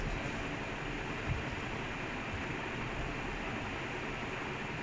translate பன்னனுமா என்ன சொல்ராங்கனு புரியல எனக்கு:pannanuma enna solranganu puriyala enakku